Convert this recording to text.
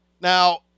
Now